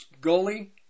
gully